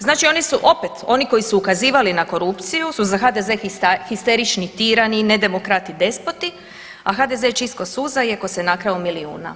Znači oni su opet, oni koji su ukazivali na korupciju, su za HDZ histerični tirani, ne demokrati, despoti, a HDZ čist ko suza iako se nakrao milijuna.